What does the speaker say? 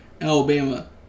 Alabama